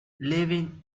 левин